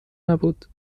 نبود